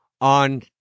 on